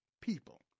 people